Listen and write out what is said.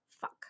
Fuck